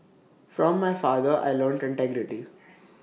from my father I learnt integrity